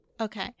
okay